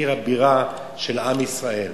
עיר הבירה של עם ישראל.